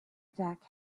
deck